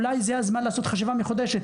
אז אולי זה הזמן לעשות לגביו חשיבה מחודשת.